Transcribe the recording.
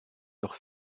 leurs